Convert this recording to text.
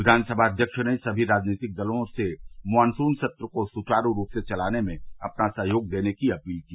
विधानसभा अध्यक्ष ने सभी राजनैतिक दलों से मानसून सत्र को सुवारू रूप से चलाने में अपना सहयोग देने की अपील की